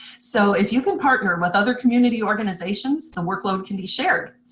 so if you can partner with other community organizations the workload can be shared.